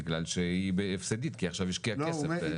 בגלל שהיא הפסדית כי עכשיו היא השקיעה כסף.